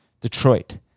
Detroit